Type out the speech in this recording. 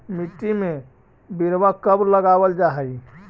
मिट्टी में बिरवा कब लगावल जा हई?